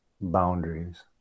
boundaries